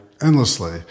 endlessly